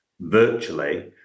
virtually